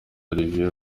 olivier